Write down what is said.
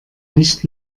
nicht